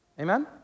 amen